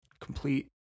complete